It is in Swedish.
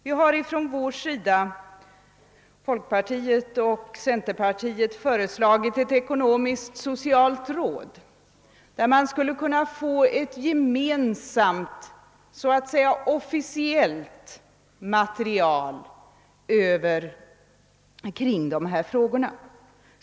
Vi har från folkpartiet och centerpartiet föreslagit ett ekonomisk-socialt råd, där man skulle kunna få fram ett gemensamt officiellt material om de här frågorna.